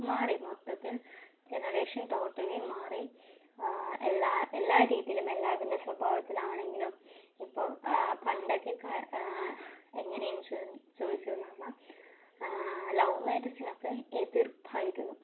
മാറി മൊത്തത്തിൽ generation totally മാറി എല്ലാ എല്ലാ രീതിയിലും എല്ലാവരുടെയും സ്വഭാവത്തിലാണെങ്കിലും ഇപ്പോൾ പണ്ടൊക്കെ എങ്ങനെയാണെന്ന് ചോദിച്ചതെന്നു പറഞ്ഞാൽ ലവ് മാരേജിന് ഒക്കെ എതിർപ്പായിരുന്നു